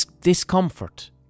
discomfort